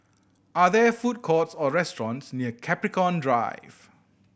are there food courts or restaurants near Capricorn Drive